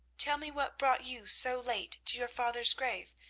tell me what brought you so late to your father's grave,